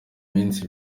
minsi